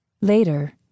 Later